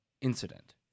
incident